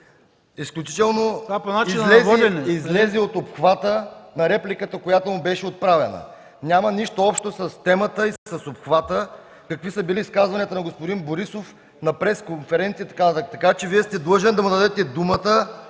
МИХОВ:... излезе от обхвата на репликата, която му беше отправена. Няма нищо общо с темата и с обхвата какви са били изказванията на господин Борисов на пресконференции и така нататък. Така че Вие сте длъжен да му дадете думата